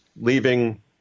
leaving